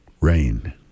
rain